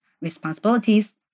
responsibilities